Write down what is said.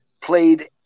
played